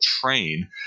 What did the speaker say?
train